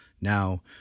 Now